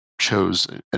chose